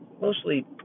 mostly